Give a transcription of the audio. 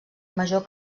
major